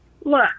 Look